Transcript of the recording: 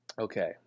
okay